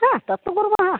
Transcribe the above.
हा तत्तु कुर्मः